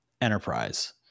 enterprise